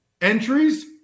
entries